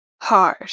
hard